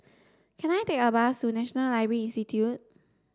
can I take a bus to National Library Institute